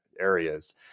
areas